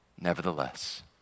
Nevertheless